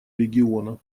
региона